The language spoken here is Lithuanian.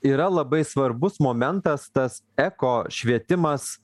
yra labai svarbus momentas tas eko švietimas